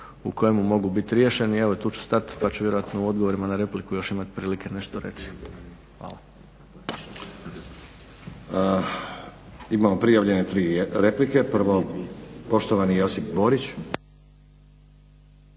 u kojemu mogu biti riješeni. Evo tu ću stat pa ću vjerojatno u odgovorima na repliku još imati prilike nešto reći. Hvala. **Stazić, Nenad (SDP)** Imamo prijavljene tri replike. Prvo poštovani Josip Borić.